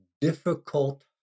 difficult